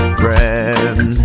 friend